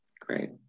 Great